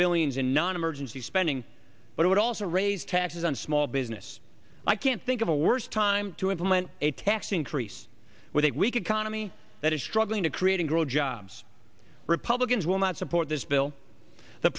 billions in non emergency spending but would also raise taxes on small business i can't think of a worst time to implement a tax increase with a weak economy that is struggling to create and grow jobs republicans will not support this bill the